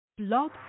Blog